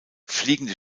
fliegende